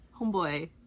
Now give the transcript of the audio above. homeboy